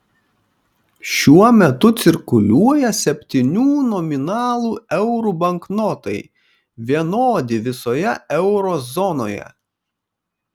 šiuo metu cirkuliuoja septynių nominalų eurų banknotai vienodi visoje euro zonoje